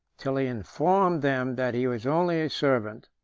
till he informed them that he was only a servant,